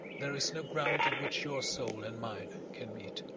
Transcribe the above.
there is no ground on which your soul and mine can meet.